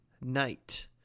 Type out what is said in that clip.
Night